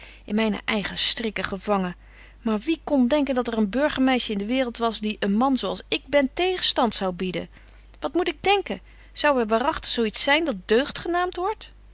in myne eigen strikken gevangen maar wie kon denken dat er een burger meisje in de waereld was die een man zo als ik ben tegenstand zou bieden wat moet ik denken zou er waaragtig zo iets zyn dat deugd genaamt wordt